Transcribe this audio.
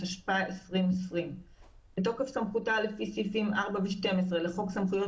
התשפ"א-2020 בתוקף סמכותה לפי סעיפים 4 ו-12 לחוק סמכויות